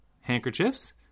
handkerchiefs